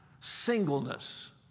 singleness